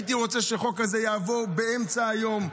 הייתי רוצה שהחוק הזה יעבור באמצע היום,